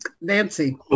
Nancy